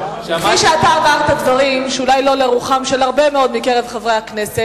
כפי שאתה אמרת דברים שאולי לא לרוחם של הרבה מאוד מקרב חברי הכנסת,